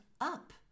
up